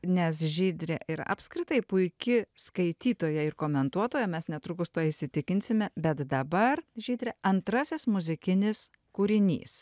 nes žydrė ir apskritai puiki skaitytoja ir komentuotoja mes netrukus tuo įsitikinsime bet dabar žydre antrasis muzikinis kūrinys